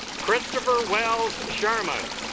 christopher wells charmin